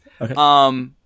Okay